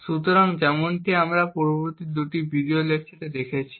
সুতরাং যেমনটি আমরা পূর্ববর্তী দুটি ভিডিও লেকচারে দেখেছি